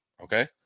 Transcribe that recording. okay